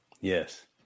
Yes